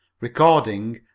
Recording